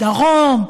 דרום,